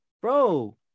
Bro